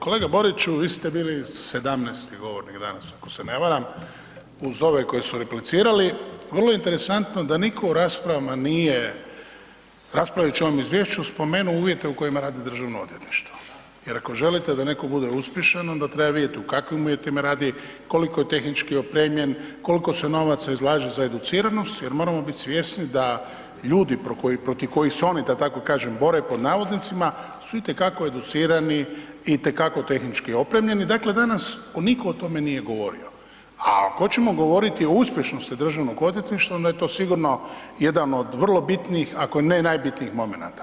Kolega Boriću, vi ste bili 17. govornik danas ako se ne varam uz ove koji su replicirali, vrlo interesantno da niko u raspravama nije raspravljajući o ovom izvješću, spomenuo uvjete u kojima radi Državno odvjetništvo jer ako želite da neko bude uspješan onda treba vidjeti u kakvim uvjetima radi, koliko je tehnički opremljen, koliko se novaca izlaže za educiranost jer moramo biti svjesni protiv kojih se oni da tako kažem „bore“ su itekako educirani i itekako tehnički opremljeni, dakle danas niko o tome nije govorio a ako govoriti o uspješnosti Državnog odvjetništva, onda je to jedan od vrlo bitnih ako ne i najbitnijih momenata.